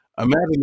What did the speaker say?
Imagine